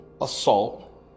assault